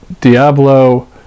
Diablo